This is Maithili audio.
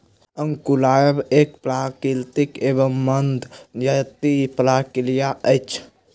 अंकुरायब एक प्राकृतिक एवं मंद गतिक प्रक्रिया अछि